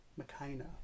Makina